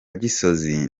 gisozi